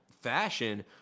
fashion